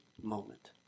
moment